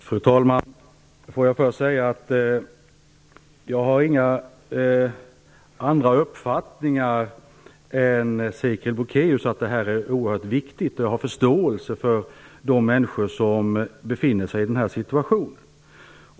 Fru talman! Först vill jag säga att jag inte har några andra uppfattningar än Sigrid Bolkéus i fråga om att det här är oerhört viktigt. Jag har förståelse för de människor som befinner sig i den här situationen.